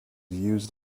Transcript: used